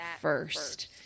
first